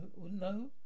no